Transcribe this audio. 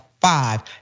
Five